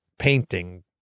Painting